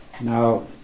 Now